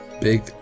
big